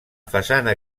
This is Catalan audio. façana